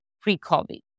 pre-COVID